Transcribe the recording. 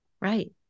right